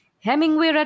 Hemingway